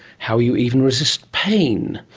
how you even resist pain.